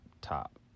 top